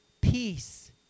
peace